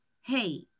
hey